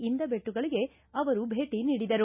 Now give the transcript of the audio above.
ಇಂದಬೆಟ್ಟುಗಳಿಗೆ ಅವರು ಭೇಟ ನೀಡಿದರು